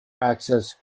access